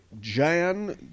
Jan